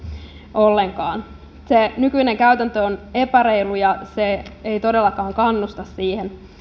ollenkaan se nykyinen käytäntö on epäreilu ja se ei todellakaan kannusta siihen